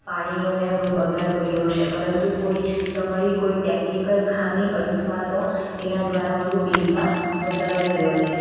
પાણીનો મેં બગાડ કર્યો હશે પરંતુ કોઈ તમારી કોઈ ટેકનિકલ ખામી અથવા તો એના દ્વારા મારાં બિલમાં વધારો થયો છે